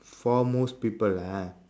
for most people lah